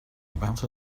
about